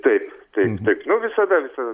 taip taip taip nu visada visada